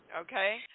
okay